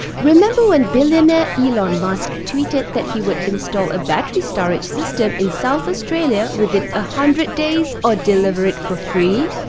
remember when billionaire elon musk tweeted that he would install a battery storage system in south australia within one ah hundred days, or deliver it for free?